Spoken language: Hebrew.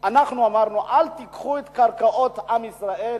אנחנו אמרנו: אל תיתנו את קרקעות עם ישראל